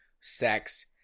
sex